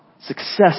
Success